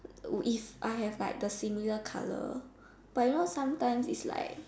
would if I have like the similar colour but you know sometimes it's like